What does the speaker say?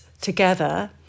together